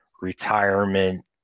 retirement